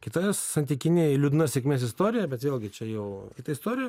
kita santykiniai liūdna sėkmės istorija bet vėlgi čia jau istorija